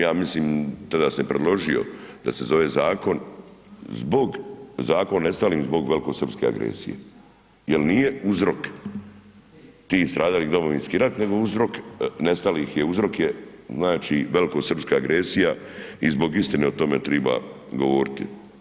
Ja mislim, tada sam i predložio da se zove zakon zbog zakon o nestalim zbog velikosrpske agresije jer nije uzrok tih stradalih Domovinski rat nego uzrok nestalih je znači velikosrpska agresija i zbog istine o tome treba govoriti.